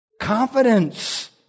Confidence